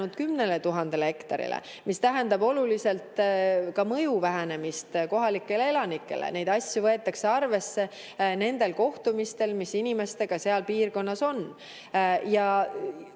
vähenenud 10 000 hektarile, mis tähendab oluliselt väiksemat mõju kohalikele elanikele. Neid asju võetakse arvesse nendel kohtumistel, mis inimestega seal piirkonnas on